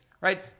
right